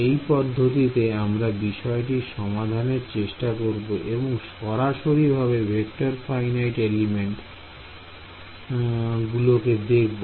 এই পদ্ধতিতে আমরা বিষয়টির সমাধানের চেষ্টা করব এবং সরাসরিভাবে ভেক্টর ফাইনাইট এলিমেন্ট গুলিকে দেখব